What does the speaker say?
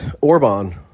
Orban